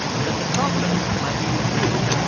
says the problem might be with you,